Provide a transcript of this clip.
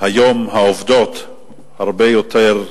כואב לראות לפעמים את הטעויות האלה.